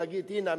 להגיד: הנה,